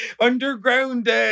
Underground